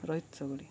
Rohit ସଗୁଡ଼ି